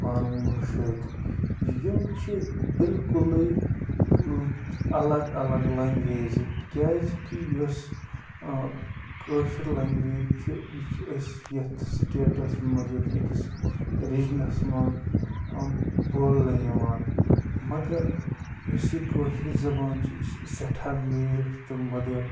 پانہٕ وٕنۍ مُشٲہِدٕ یِم چھِ بِلکُلےالگ الگ لنٛگویجہِ کیٛازِ کہِ یۅس کٲشِر لیٚنگویج چھِ یہِ چھِ أسۍ یتھ سِٹیٹَس مَنٛز یتھ أکِس رِجنَس مَنٛز بولنہٕ یِوان مگر یۅس یہِ کٲشِر زبان چھِ یہِ چھِ سٮ۪ٹھاہ میٖٹھ تہٕ مٔدٕر